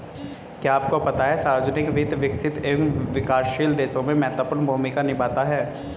क्या आपको पता है सार्वजनिक वित्त, विकसित एवं विकासशील देशों में महत्वपूर्ण भूमिका निभाता है?